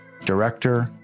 director